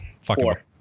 Four